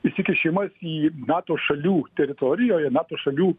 įsikišimas į nato šalių teritorijoj nato šalių